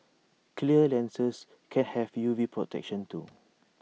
clear lenses can have U V protection too